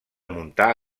muntar